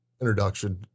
introduction